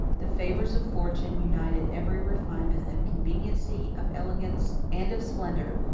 the favorites of fortune united every refinement of conveniency, of elegance, and of splendor,